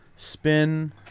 spin